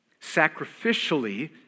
sacrificially